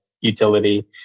utility